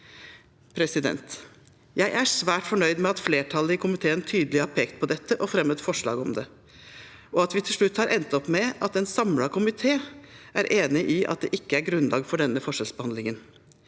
Jeg er svært fornøyd med at flertallet i komiteen tydelig har pekt på dette og fremmet forslag om det, og at vi til slutt har endt opp med at en samlet komité er enig om at det ikke er grunnlag for denne forskjellsbehandlingen.